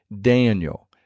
Daniel